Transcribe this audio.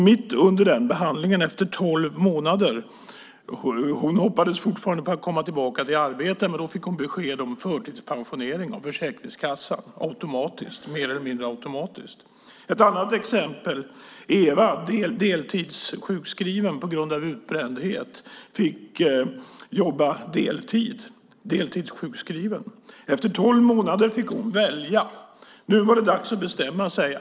Mitt under den behandlingen, efter tolv månader - hon hoppades fortfarande på att komma tillbaka till arbete - fick hon besked om förtidspensionering av Försäkringskassan, mer eller mindre automatiskt. Ett annat exempel är Eva, deltidssjukskriven på grund av utbrändhet. Hon fick jobba deltid och vara deltidssjukskriven. Efter tolv månader fick hon välja. Nu var det dags att bestämma sig.